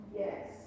yes